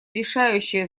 решающее